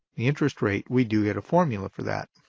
the interest rate, we do get a formula for that.